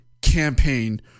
campaign